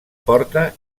porta